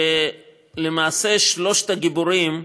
למעשה שלושה גיבורים,